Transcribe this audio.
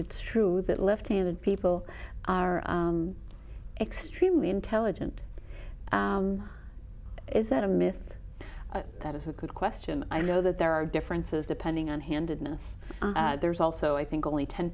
it's true that left handed people are extremely intelligent is that a myth that is a good question i know that there are differences depending on handedness there's also i think only ten